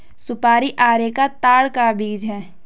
सुपारी अरेका ताड़ का बीज है